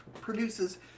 produces